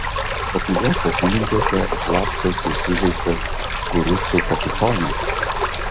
o pilies apylinkėse slapstosi sužeistas kurucų kapitonas